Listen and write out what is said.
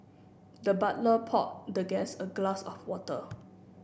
the butler poured the guest a glass of water